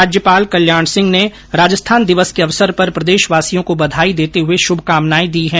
राज्यपाल कल्याण सिंह ने राजस्थान दिवस के अवसर पर प्रदेशवासियों को बधाई देते हुए श्रभकामनाएं दी है